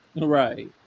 right